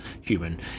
human